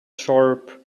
sharp